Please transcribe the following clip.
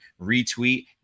retweet